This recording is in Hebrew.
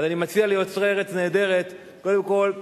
אני מציע ליוצרי "ארץ נהדרת", קודם כול,